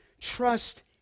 trust